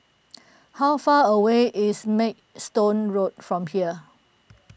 how far away is Maidstone Road from here